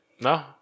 No